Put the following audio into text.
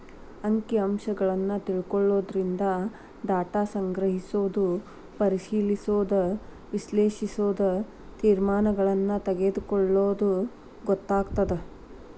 ಅಂಕಿ ಅಂಶಗಳನ್ನ ತಿಳ್ಕೊಳ್ಳೊದರಿಂದ ಡಾಟಾ ಸಂಗ್ರಹಿಸೋದು ಪರಿಶಿಲಿಸೋದ ವಿಶ್ಲೇಷಿಸೋದು ತೇರ್ಮಾನಗಳನ್ನ ತೆಗೊಳ್ಳೋದು ಗೊತ್ತಾಗತ್ತ